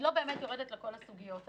לא באמת יורדת לכל הסוגיות האלה.